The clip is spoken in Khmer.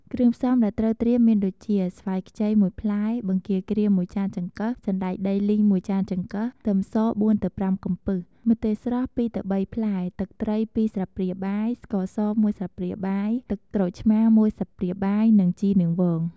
គ្រឿងផ្សំដែលត្រូវត្រៀមមានដូចជា ស្វាយខ្ចី ១ ផ្លែ បង្គាក្រៀម ១ ចានចង្កឹះ សណ្ដែកដីលីង ១ ចានចង្កឹះ ខ្ទឹមស ៤ ទៅ ៥ កំពឹស ម្ទេសស្រស់ ២ ទៅ ៣ ផ្លែ ទឹកត្រី ២ ស្លាបព្រាបាយ ស្ករស ១ ស្លាបព្រាបាយ ទឹកក្រូចឆ្មារ ១ ស្លាបព្រាបាយ និង ជីនាងវង។